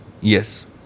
Yes